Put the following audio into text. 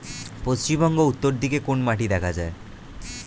পশ্চিমবঙ্গ উত্তর দিকে কোন মাটি দেখা যায়?